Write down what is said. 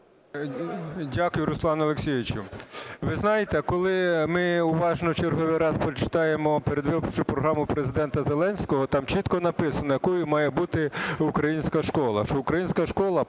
Дякую, Руслане Олексійовичу. Ви знаєте, коли ми уважно в черговий раз почитаємо передвиборчу програму Президента Зеленського, там чітко написано, якою має бути українська школа,